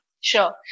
sure